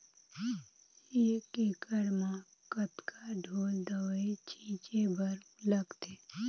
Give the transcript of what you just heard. एक एकड़ म कतका ढोल दवई छीचे बर लगथे?